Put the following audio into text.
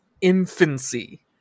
infancy